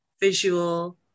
visual